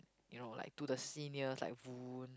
you know like to the seniors like Voon